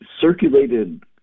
circulated